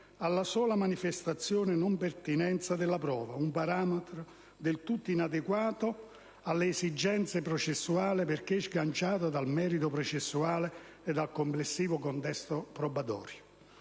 alla sola manifesta non pertinenza della prova: un parametro del tutto inadeguato alle esigenze processuali perché sganciato dal merito processuale e dal complessivo contesto probatorio.